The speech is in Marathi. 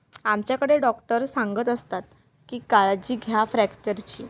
आमच्याकडे डॉक्टर सांगत असतात की काळजी घ्या फ्रॅक्चरची